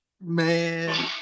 man